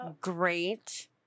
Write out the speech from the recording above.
great